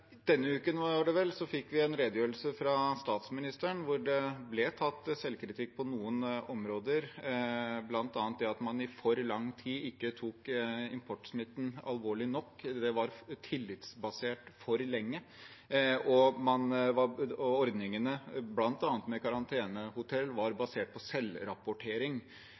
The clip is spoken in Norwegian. denne uken fikk vi en redegjørelse fra statsministeren hvor det ble tatt selvkritikk på noen områder, bl.a. det at man i for lang tid ikke tok importsmitten alvorlig nok. Det var tillitsbasert for lenge, og ordningene med bl.a. karantenehotell var basert på selvrapportering.